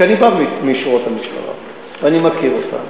כי אני בא משורות המשטרה ואני מכיר אותה.